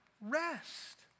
rest